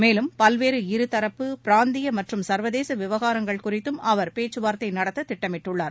மேலும் பல்வேறு இருதரப்பு பிராந்திய மற்றும் சர்வதேச விவகாரங்கள் குறித்தும் அவர் பேச்சுவார்த்தை நடத்த திட்டமிட்டுள்ளார்